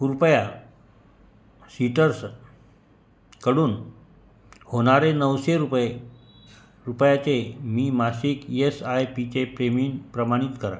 कृपया सिटर्सकडून होणारे नऊशे रुपये रुपयाचे मी मासिक यस आय पीचे पेमिंट प्रमाणित करा